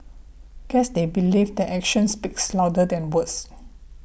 guess they believe that actions speaks louder than words